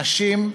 נשים,